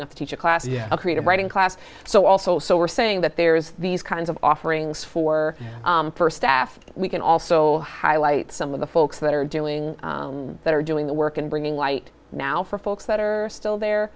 enough to teach a class yeah a creative writing class so also so we're saying that there is these kinds of offerings for staff we can also highlight some of the folks that are doing that are doing the work and bringing light now for folks that are still there